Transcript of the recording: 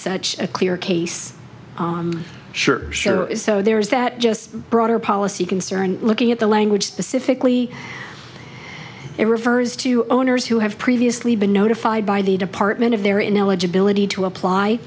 such a clear case sure sure so there's that just broader policy concern looking at the language specifically it refers to owners who have previously been notified by the department of their ineligibility to apply